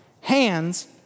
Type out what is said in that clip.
hands